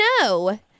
no